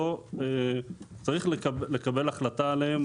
צריך לקבל החלטה עליהם,